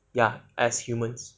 ya as humans